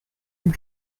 you